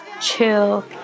chill